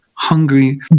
hungry